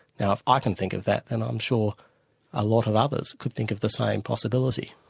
now if i can think of that, then i'm sure a lot of others could think of the same possibility.